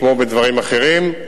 כמו בדברים אחרים,